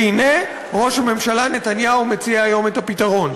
והנה ראש הממשלה נתניהו מציע היום את הפתרון.